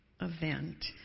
event